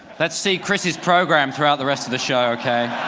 let's see chris's program throughout the rest of the show. okay?